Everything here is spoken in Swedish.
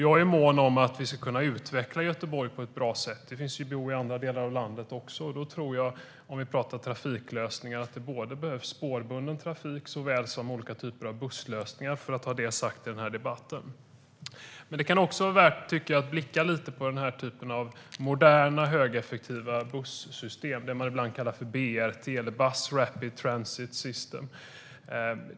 Jag är mån om att vi ska kunna utveckla Göteborg på ett bra sätt. Det finns ju behov i andra delar av landet också, och om vi pratar trafiklösningar tror jag att det behövs såväl spårbunden trafik som olika typer av busslösningar - för att ha det sagt i den här debatten. Men det kan också vara värt att blicka lite på den här typen av moderna, högeffektiva bussystem. Det handlar om det man ibland kallar BRT, bus rapid transit.